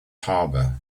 harbour